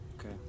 Okay